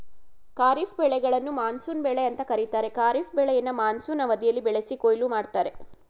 ಖಾರಿಫ್ ಬೆಳೆಗಳನ್ನು ಮಾನ್ಸೂನ್ ಬೆಳೆ ಅಂತ ಕರೀತಾರೆ ಖಾರಿಫ್ ಬೆಳೆಯನ್ನ ಮಾನ್ಸೂನ್ ಅವಧಿಯಲ್ಲಿ ಬೆಳೆಸಿ ಕೊಯ್ಲು ಮಾಡ್ತರೆ